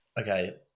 Okay